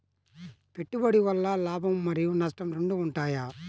పెట్టుబడి వల్ల లాభం మరియు నష్టం రెండు ఉంటాయా?